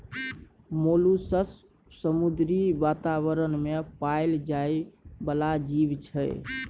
molluscs समुद्री बातावरण मे पाएल जाइ बला जीब छै